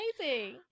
Amazing